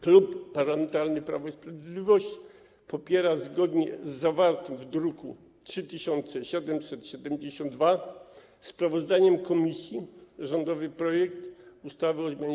Klub Parlamentarny Prawo i Sprawiedliwość popiera, zgodnie z zawartym w druku nr 3772 sprawozdaniem komisji, rządowy projekt ustawy o zmianie